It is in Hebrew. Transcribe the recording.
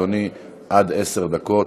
בעד, 25,